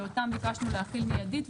שאותם ביקשנו להחיל מיידית,